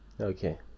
okay